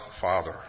Father